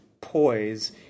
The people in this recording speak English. poise